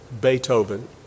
Beethoven